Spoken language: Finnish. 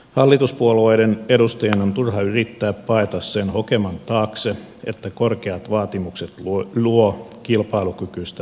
hallituspuolueiden edustajien on turha yrittää paeta sen hokeman taakse että korkeat vaatimukset luovat kilpailukykyistä cleantech teollisuutta